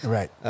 Right